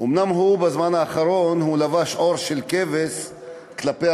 אומנם הוא בזמן האחרון לבש עור של כבש כלפי